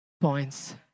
points